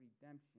redemption